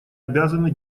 обязаны